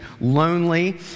lonely